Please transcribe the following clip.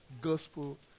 gospel